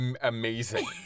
amazing